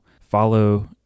follow